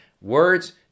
Words